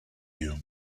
you